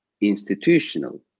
institutional